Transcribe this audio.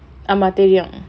ஆமா தெரியும்:aamaa theriyum